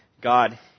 God